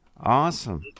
awesome